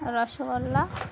rasgulla